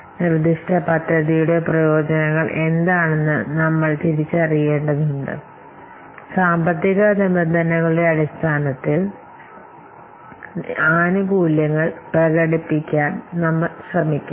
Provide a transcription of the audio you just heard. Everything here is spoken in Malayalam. അതിനാൽത്തന്നെ ആനുകൂല്യങ്ങൾ എന്തൊക്കെയാണെന്ന് നമ്മൾ തിരിച്ചറിയേണ്ടതുണ്ട് സാമ്പത്തിക നിബന്ധനകളുടെ അടിസ്ഥാനത്തിൽ ബിസിനസ്സ് കേസിലെ പണപരമായ അല്ലെങ്കിൽ ഈ പ്രായോഗിക പഠന റിപ്പോർട്ടിൽ ആനുകൂല്യങ്ങൾ പ്രകടിപ്പിക്കാൻ നമ്മൾ ശ്രമിക്കണം